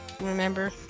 remember